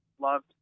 loved